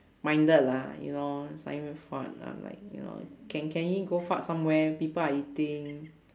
minded lah you know it's not even fun I'm like you know can can he go fart somewhere people are eating